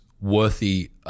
worthy